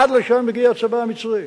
עד לשם הגיע הצבא המצרי.